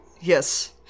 Yes